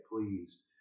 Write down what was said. please